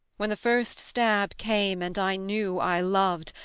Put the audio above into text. when the first stab came, and i knew i loved,